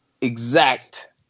exact